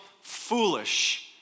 foolish